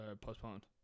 postponed